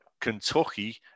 Kentucky